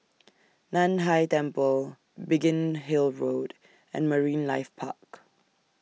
NAN Hai Temple Biggin Hill Road and Marine Life Park